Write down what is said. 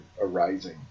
arising